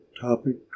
topic